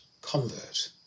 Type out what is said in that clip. convert